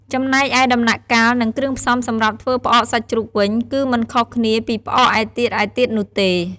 ចំំណែកឯដំណាក់កាល និងគ្រឿងផ្សំសម្រាប់ធ្វើផ្អកសាច់ជ្រូកវិញ គឺមិនខុសគ្នាពីផ្អកឯទៀតៗនោះទេ។